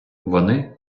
вони